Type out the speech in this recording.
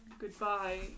Goodbye